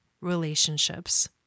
relationships